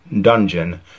dungeon